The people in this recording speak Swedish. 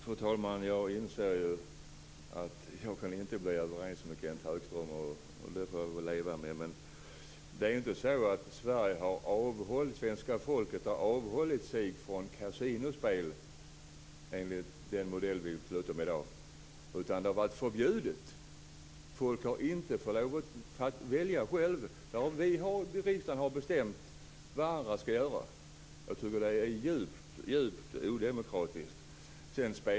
Fru talman! Jag inser att jag inte kan komma överens med Kenth Högström. Det får jag leva med. Svenska folket har inte avhållit sig från kasinospel enligt den modell vi skall fatta beslut om i dag. Det har varit förbjudet. Folk har inte haft lov att välja själva. Riksdagen har bestämt vad andra skall göra. Det är djupt odemokratiskt.